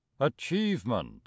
achievement